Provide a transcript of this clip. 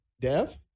Dev